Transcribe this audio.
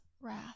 wrath